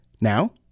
Now